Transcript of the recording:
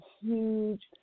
huge